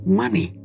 money